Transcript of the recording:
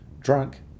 drunk